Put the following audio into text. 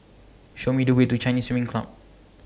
Show Me The Way to Chinese swing Club